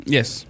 Yes